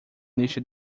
lista